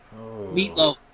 Meatloaf